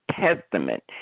Testament